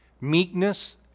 meekness